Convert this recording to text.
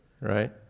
Right